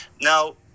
now